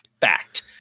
fact